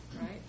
right